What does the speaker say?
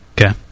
Okay